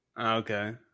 Okay